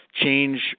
change